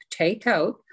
takeout